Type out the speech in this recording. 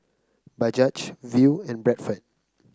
Bajaj Viu and Bradford